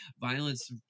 violence